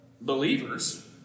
believers